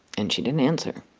and she didn't answer.